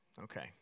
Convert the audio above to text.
Okay